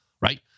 right